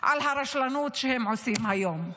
על הרשלנות שהם עושים היום.